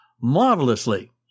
marvelously